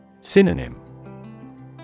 Synonym